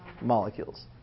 molecules